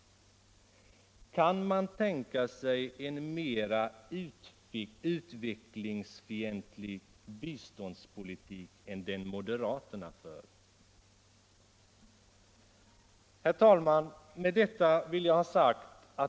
Kan man tänka sig en mera utvecklingsfientlig biståndspolitik än den som moderaterna vill föra. Herr talman!